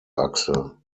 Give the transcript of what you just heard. achse